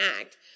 act